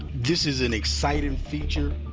this is an exciting feature,